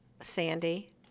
Sandy